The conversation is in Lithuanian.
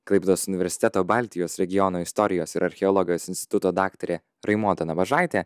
klaipėdos universiteto baltijos regiono istorijos ir archeologijos instituto daktarė raimonda nabažaitė